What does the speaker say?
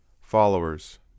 Followers